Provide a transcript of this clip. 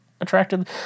attracted